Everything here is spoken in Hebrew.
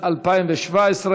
התשע"ז 2017,